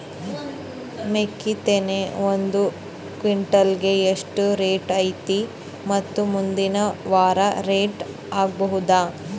ಮೆಕ್ಕಿ ತೆನಿ ಒಂದು ಕ್ವಿಂಟಾಲ್ ಗೆ ಎಷ್ಟು ರೇಟು ಐತಿ ಮತ್ತು ಮುಂದಿನ ವಾರ ರೇಟ್ ಹಾರಬಹುದ?